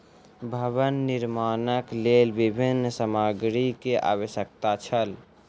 भवन निर्माणक लेल विभिन्न सामग्री के आवश्यकता छल